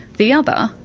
the other,